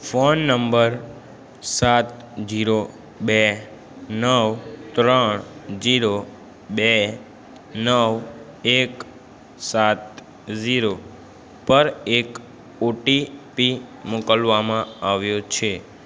phone number સાત zero બે નવ ત્રણ જીરો બે નવ એક સાત જીરો પર એક ઓટીપી મોકલવામાં આવ્યો છે